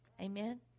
Amen